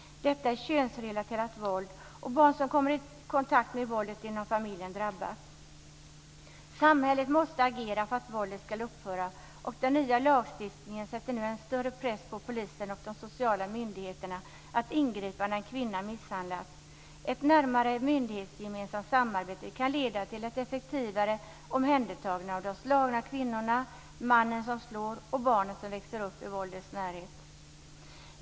Detta är könsrelaterat våld, och barn som kommer i kontakt med våldet inom familjen drabbas. Samhället måste agera för att våldet ska upphöra. Den nya lagstiftningen sätter nu en större press på polisen och de sociala myndigheterna att ingripa när en kvinna misshandlas. Ett närmare myndighetsgemensamt samarbete kan leda till ett effektivare omhändertagande av de slagna kvinnorna, av mannen som slår och av barnen som växer upp i våldets närhet.